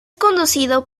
conducido